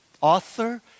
author